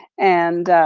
and,